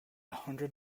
hundred